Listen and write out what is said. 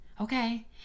Okay